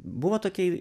buvo tokie